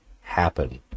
happen